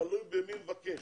תלוי במי מבקש,